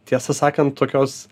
tiesą sakant tokios